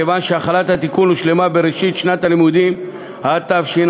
מכיוון שהחלת התיקון הושלמה בראשית שנת הלימודים התשע"ו,